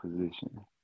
position